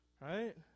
Right